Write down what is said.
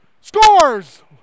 Scores